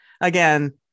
Again